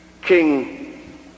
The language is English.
king